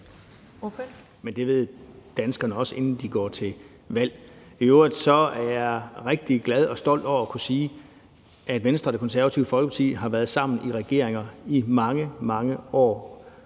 Men det ved danskerne også, inden de går til valg. I øvrigt er jeg rigtig glad for og stolt over at kunne sige, at Venstre og Det Konservative Folkeparti har været sammen i regeringer i mange, mange år,